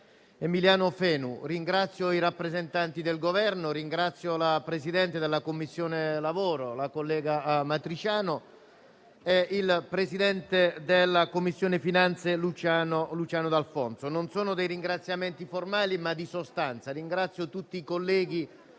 collega Fenu. Ringrazio i rappresentanti del Governo, la presidente della Commissione lavoro, collega Matrisciano, e il presidente della Commissione finanze D'Alfonso. Non sono dei ringraziamenti formali, ma di sostanza. Ringrazio tutti i colleghi